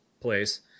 place